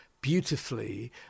beautifully